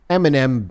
Eminem